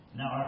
now